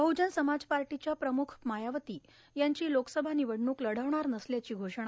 बहुजन समाजपार्टीच्या प्रमुख मायावती यांची लोकसभा निवडणूक लढवणार नसल्याची घोषणा